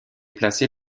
placée